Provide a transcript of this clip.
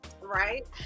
Right